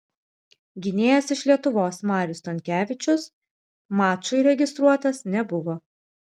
gynėjas iš lietuvos marius stankevičius mačui registruotas nebuvo